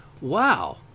Wow